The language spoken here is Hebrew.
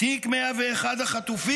תיק 101 החטופים,